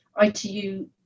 itu